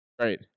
Right